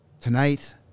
tonight